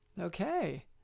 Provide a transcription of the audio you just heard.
Okay